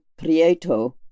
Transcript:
Prieto